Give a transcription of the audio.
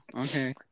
okay